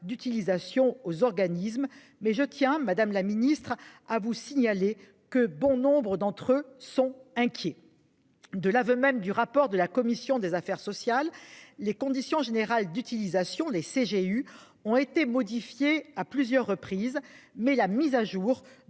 d'utilisation aux organismes mais je tiens Madame la Ministre à vous signaler que bon nombre d'entre eux sont inquiets. De l'aveu même du rapport de la commission des affaires sociales, les conditions générales d'utilisation des CGU ont été modifiée à plusieurs reprises, mais la mise à jour